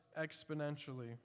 exponentially